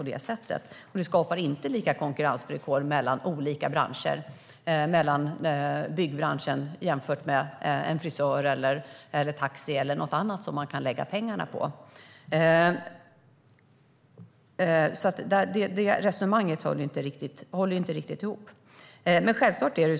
Det skapar inte lika konkurrensvillkor mellan olika branscher, mellan byggbranschen och en frisör, taxi eller något annat som man kan lägga pengarna på. Så det resonemanget hänger inte riktigt ihop.